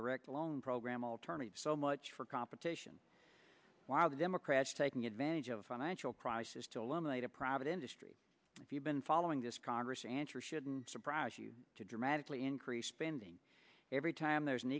direct loan program alternative so much for competition while the democrats taking advantage of a financial crisis to eliminate a private industry if you've been following this congress answer shouldn't surprise you to dramatically increase spending every time there's an